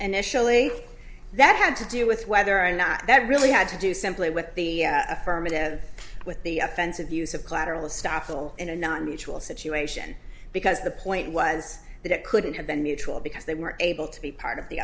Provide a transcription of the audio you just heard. initially that had to do with whether or not that really had to do simply with the affirmative with the offensive use of collateral stoffel in a not mutual situation because the point was that it couldn't have been mutual because they were able to be part of the